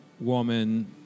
woman